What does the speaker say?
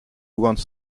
wants